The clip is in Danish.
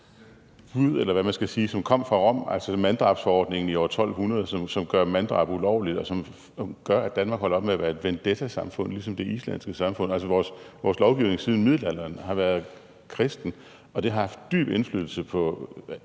som kom fra Rom, f.eks. manddrabsforordningen i år 1200, som gør manddrab ulovligt, og som gør, at Danmark holder op med at være et vendettasamfund som det islandske samfund. Altså, vores lovgivning har været kristen siden middelalderen, og det har haft dyb indflydelse på